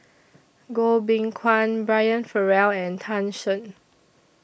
Goh Beng Kwan Brian Farrell and Tan Shen